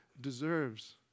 deserves